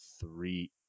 three